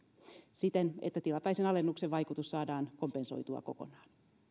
siten että tilapäisen alennuksen vaikutus saadaan kompensoitua kokonaan